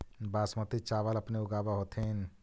बासमती चाबल अपने ऊगाब होथिं?